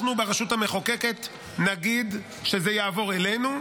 אנחנו ברשות המחוקקת נגיד שזה יעבור אלינו.